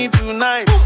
tonight